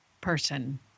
person